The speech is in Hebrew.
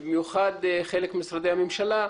במיוחד חלק ממשרדי הממשלה.